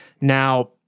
Now